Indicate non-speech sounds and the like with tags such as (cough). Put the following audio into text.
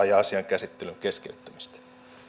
(unintelligible) ja asian käsittelyn keskeyttämistä